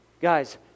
Guys